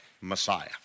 Messiah